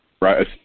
right